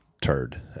turd